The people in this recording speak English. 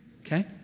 Okay